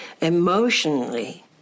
emotionally